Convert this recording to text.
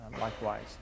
Likewise